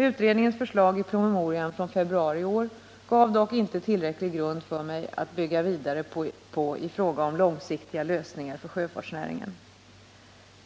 Utredningens förslag i promemorian från februari i år gav dock inte tillräcklig grund för mig att bygga vidare på i fråga om långsiktiga lösningar för sjöfartsnäringen.